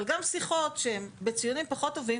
אבל גם שיחות בציונים לא טובים,